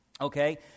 Okay